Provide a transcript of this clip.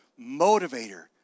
motivator